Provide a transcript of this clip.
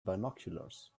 binoculars